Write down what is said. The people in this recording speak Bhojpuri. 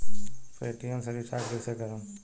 पेटियेम से रिचार्ज कईसे करम?